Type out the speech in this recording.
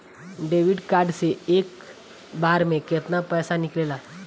Debit card से एक बार मे केतना पैसा निकले ला?